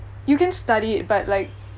you can study it but like